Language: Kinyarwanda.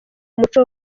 umuco